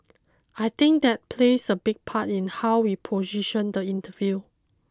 I think that plays a big part in how we position the interview